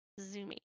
Zoomy